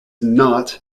not